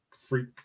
freak